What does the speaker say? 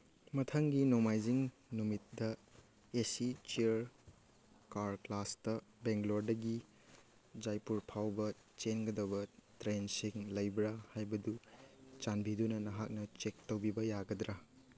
ꯃꯊꯪꯒꯤ ꯅꯣꯡꯃꯥꯏꯖꯤꯡ ꯅꯨꯃꯤꯠꯇ ꯑꯦ ꯁꯤ ꯆꯤꯌꯔ ꯀꯥꯔ ꯀ꯭ꯂꯥꯁꯇ ꯕꯦꯡꯒ꯭ꯂꯣꯔꯗꯒꯤ ꯖꯥꯏꯄꯨꯔ ꯐꯥꯎꯕ ꯆꯦꯟꯒꯗꯕ ꯇ꯭ꯔꯦꯟꯁꯤꯡ ꯂꯩꯕ꯭ꯔꯥ ꯍꯥꯏꯕꯗꯨ ꯆꯥꯟꯕꯤꯗꯨꯅ ꯅꯍꯥꯛꯅ ꯆꯦꯛ ꯇꯧꯕꯤꯕ ꯌꯥꯒꯗ꯭ꯔꯥ